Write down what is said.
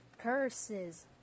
curses